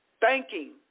Thanking